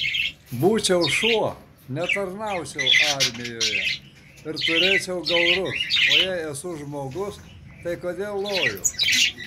būčiau šuo netarnaučiau armijoje ir turėčiau gaurus o jei esu žmogus tai kodėl loju